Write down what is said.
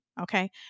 Okay